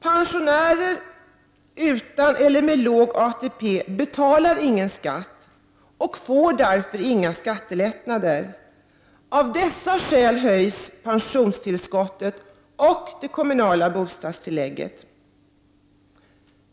Pensionärer utan eller med låg ATP betalar ingen skatt och får därför inga skattelättnader. Av dessa skäl höjs pensionstillskotten och det kommunala bostadstillägget.